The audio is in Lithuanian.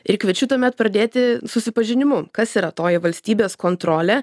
ir kviečiu tuomet pradėti susipažinimu kas yra toji valstybės kontrolė